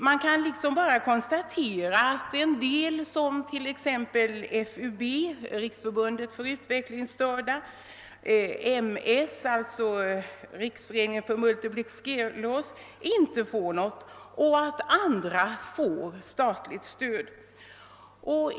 Man kan liksom »ara konstatera, att en del som t.ex. FUB — Riksförbundet för utvecklingsstörda — och MS — Riksföreningen för multipelskleros — inte får statligt stöd medan andra föreningar får.